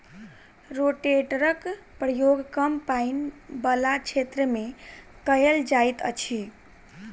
रोटेटरक प्रयोग कम पाइन बला क्षेत्र मे कयल जाइत अछि